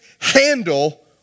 handle